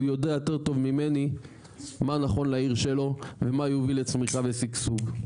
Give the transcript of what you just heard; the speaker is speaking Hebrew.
הוא יודע יותר טוב ממני מה נכון לעיר שלו ומה יוביל לצמיחה ושגשוג.